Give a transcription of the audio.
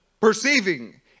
perceiving